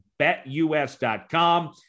BetUS.com